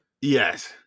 Yes